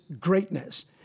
greatness